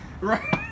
Right